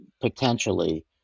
potentially